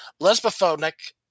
lesbophonic